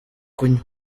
kunywa